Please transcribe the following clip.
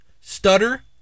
stutter